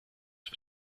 for